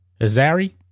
Azari